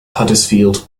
huddersfield